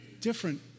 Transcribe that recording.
Different